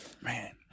Man